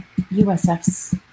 USF's